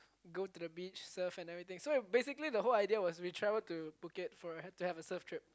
go to the beach surf and everything so basically the whole idea was we travel to Phuket for to have a surf trip